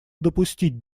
допустить